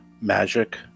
magic